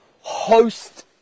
host